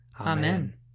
Amen